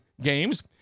games